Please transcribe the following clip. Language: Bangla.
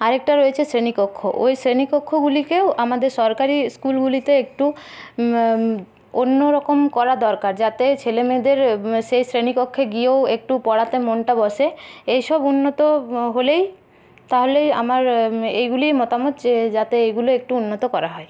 আর একটা রয়েছে শ্রেণীকক্ষ ওই শ্রেণীকক্ষগুলিকেও আমাদের সরকারি স্কুলগুলিতে একটু অন্যরকম করা দরকার যাতে ছেলেমেয়েদের সেই শ্রেণীকক্ষে গিয়েও একটু পড়াতে মনটা বসে এই সব উন্নত হলেই তাহলেই আমার এইগুলিই মতামত যে যাতে এইগুলো একটু উন্নত করা হয়